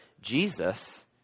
Jesus